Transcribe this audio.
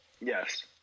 yes